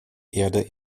herde